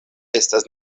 estas